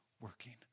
working